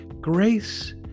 Grace